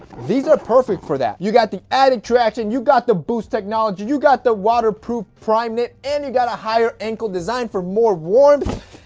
these are perfect for that. you got the added traction, you got the boost technology, you got the waterproof primeknit, and you got a higher ankle design for more warm,